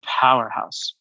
powerhouse